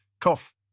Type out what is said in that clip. Cough